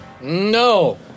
No